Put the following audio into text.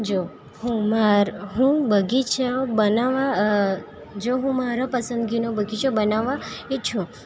જો હું માર હું બગીચાઓ બનાવવા જો હું માર પસંદગીનો બગીચો બનાવવા ઈચ્છું તો